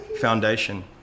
foundation